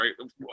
right